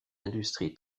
industrie